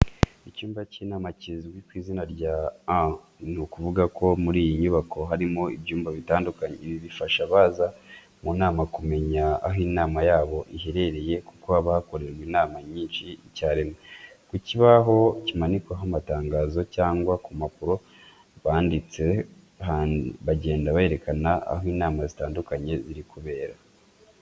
Icyumba cy'inama kizwi ku izina rya A ni ukuvuga ko muri iyi nyubako harimo ibyumba bitandukanye, ibi bifasha abaza mu nama kumenya aho inama yabo iherereye kuko haba hakorerwa inama nyinshi icyarimwe. Ku kibaho kimanikwaho amatangazo cyangwa ku mpapuro, banditse bagenda berekana aho inama zitandukanye ziri kubera.